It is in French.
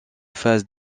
phase